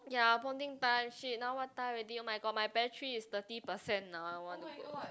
ya bonding time !shit! now what time already oh-my-god my battery is thirty percent now I want to go